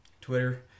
Twitter